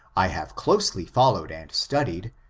i have closely followed and studied,